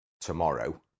tomorrow